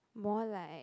more like